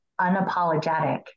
unapologetic